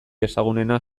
ezagunena